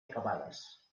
acabades